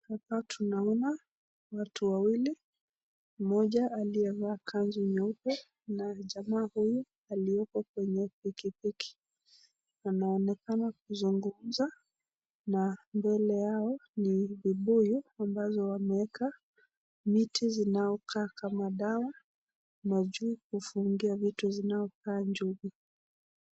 Hapa tunaona watu wawili mmoja aliyevaa kanzu nyeupe na jamaa huyu aliye kwenye pikipiki anaonekana kuzungumza na mbele yao ni vibuyu ambazo wameweka miti zinazokaa kama dawa na juu kufungia vitu zinazokaa njugu.